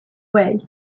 way